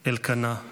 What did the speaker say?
אלקנה,